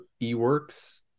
Eworks